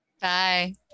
bye